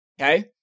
okay